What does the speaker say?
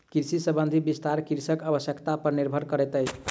कृषि संबंधी विस्तार कृषकक आवश्यता पर निर्भर करैतअछि